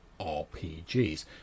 rpgs